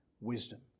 wisdom